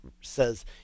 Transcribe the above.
says